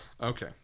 Okay